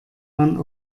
man